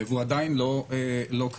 והוא עדיין לא קיים.